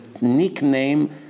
nickname